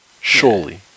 Surely